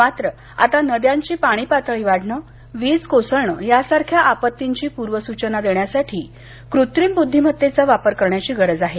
मात्र आता नद्यांची पाणी पातळी वाढण वीज कोसळण यासारख्या आपत्तींची पूर्वसूचना देण्यासाठी कृत्रिम बुद्धिमत्तेचा वापर करण्याची गरज आहे